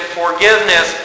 forgiveness